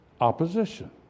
opposition